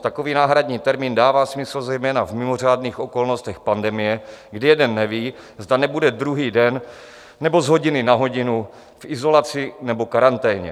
Takový náhradní termín dává smysl zejména v mimořádných okolnostech pandemie, kdy jeden neví, zda nebude druhý den nebo z hodiny na hodinu v izolaci nebo karanténě.